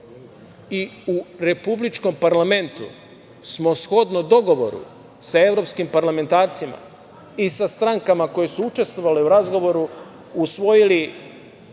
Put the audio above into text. i u Republičkom parlamentu smo shodno dogovoru sa evropskim parlamentarcima i sa strankama koje su učestvovale u razgovoru usvojili